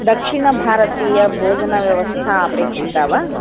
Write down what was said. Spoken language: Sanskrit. दक्षिणभारतीयभोजनव्यवस्था अपेक्षिता वा